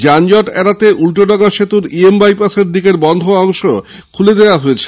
যানজট এড়াতে উল্টোডাঙ্গা সেতুর ই এম বাইপসের দিকের বন্ধ অংশ গতরাতে খুলে দেওয়া হয়েছে